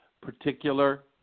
particular